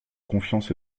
confiance